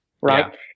right